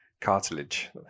Cartilage